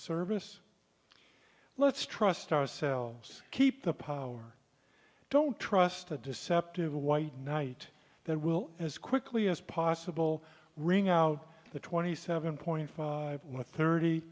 service let's trust ourselves keep the power don't trust a deceptive white knight that will as quickly as possible wring out the twenty seven point five one thirty